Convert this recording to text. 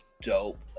dope